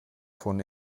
von